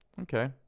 Okay